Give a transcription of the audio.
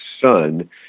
son